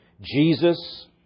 Jesus